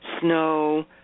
snow